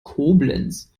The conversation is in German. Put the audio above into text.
koblenz